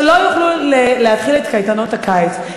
שלא יוכלו להתחיל את קייטנות הקיץ.